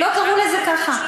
נורית, כן, לא קראו לזה ככה.